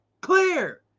clear